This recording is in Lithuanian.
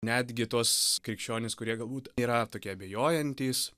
netgi tuos krikščionius kurie galbūt yra tokie abejojantys